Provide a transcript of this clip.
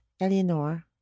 Eleanor